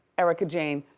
erica jane,